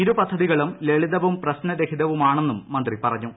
ഇരു പദ്ധതികളും ലളിതവും പ്രശ്നരഹിതവുമാണെന്നും മന്ത്രി പറഞ്ഞു